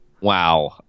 wow